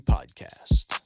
Podcast